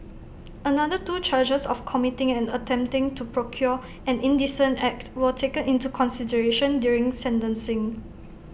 another two charges of committing and attempting to procure an indecent act were taken into consideration during sentencing